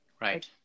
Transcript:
Right